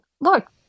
look